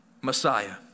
Messiah